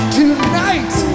tonight